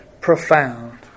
profound